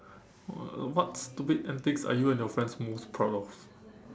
what what stupid antics are you and your friends most proud of